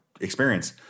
experience